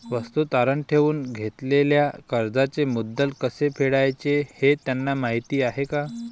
वस्तू तारण ठेवून घेतलेल्या कर्जाचे मुद्दल कसे फेडायचे हे त्यांना माहीत आहे का?